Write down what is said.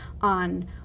on